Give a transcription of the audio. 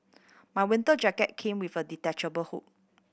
my winter jacket came with a detachable hood